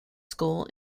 school